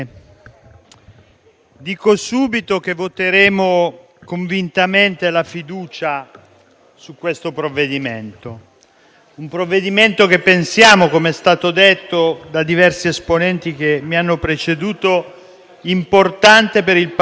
dico subito che voteremo convintamente la fiducia su questo provvedimento, un provvedimento che, com'è stato detto da diversi colleghi che mi hanno preceduto, riteniamo importante per il Paese.